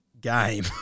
game